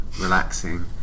relaxing